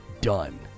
done